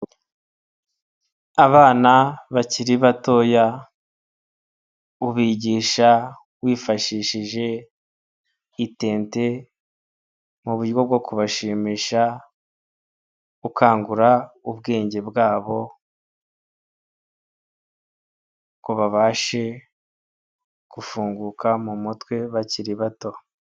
Abana bakiri batoya, ubigisha wifashishije etente mu buryo bwo kubashimisha ukangura ubwenge bwabo ngo babashe gufunguka mu mutwe bakiri bato.